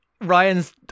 Ryan's